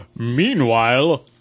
meanwhile